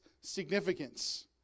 significance